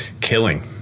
killing